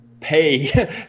pay